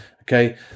Okay